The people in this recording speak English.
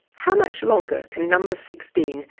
how much longer can number sixteen,